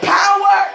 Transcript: power